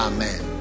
Amen